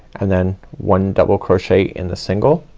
and then one double crochet in the single